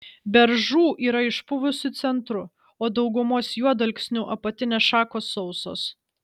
beržų yra išpuvusiu centru o daugumos juodalksnių apatinės šakos sausos